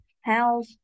health